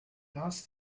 last